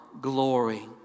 glory